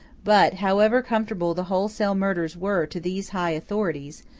but, however comfortable the wholesale murders were to these high authorities,